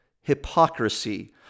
hypocrisy